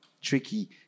tricky